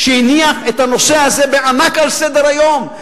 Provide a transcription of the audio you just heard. שהניחו את הנושא הזה בענק על סדר-היום,